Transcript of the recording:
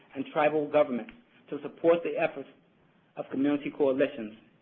and tribal governments to support the efforts of community coalitions,